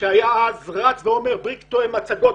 שאמר בריק טועה מראה מצגות,